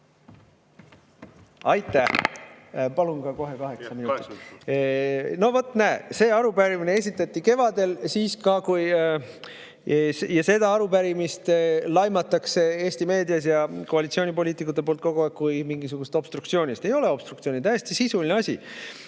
täpselt see tase. No vot, näe! See arupärimine esitati kevadel ja seda arupärimist laimatakse Eesti meedias ja koalitsioonipoliitikute poolt kogu aeg kui mingisugust obstruktsiooni. Ei ole obstruktsiooni, täiesti sisuline asi.